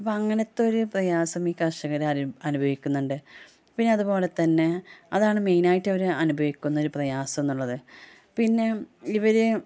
അപ്പം അങ്ങനെത്തെയൊരു പ്രയാസം ഈ കർഷകർ അനുഭവിക്കുന്നുണ്ട് പിന്നെ അതുപോലെത്തന്നെ അതാണ് മെയിൻ ആയിട്ട് അവർ അനുഭവിക്കുന്ന ഒരു പ്രയാസം എന്നുള്ളത് പിന്നെ ഇവർ